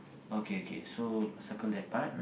okay okay so circle that part